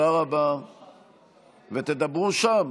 ותדברו שם.